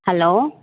hello